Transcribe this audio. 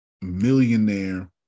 millionaire